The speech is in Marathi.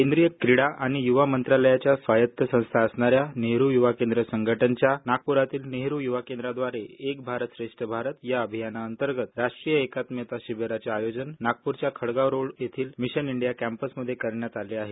केंद्रीय क्रीडा आणि युवा मंत्रालयाच्या स्वायत संस्था असणा या नेहरू युवा केंद्र संघटनच्या एनवायकेएस नागपूरातील नेहरु य्वा केंद्राद्वारे एक भारत श्रेष्ठ भारत या अभियानाअंतर्गत राष्ट्रीय एकात्मता शिबिराचे आयोजन नागपूरच्या खडगाव रोड येथील मिशन इंडिया कॅम्पसमध्ये करण्यात आले आहे